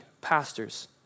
pastors